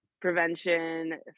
prevention